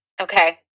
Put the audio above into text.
Okay